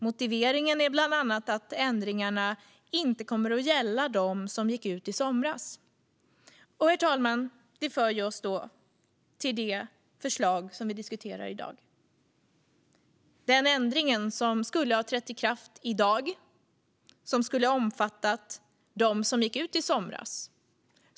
Motiveringen är bland annat att ändringarna inte kommer att gälla dem som gick ut i somras. Herr talman! Det för oss till det förslag som vi diskuterar i dag. Ändringen skulle ha trätt i kraft i dag och skulle ha omfattat dem som gick ut i somras.